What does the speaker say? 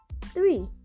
Three